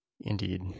Indeed